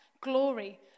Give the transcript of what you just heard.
glory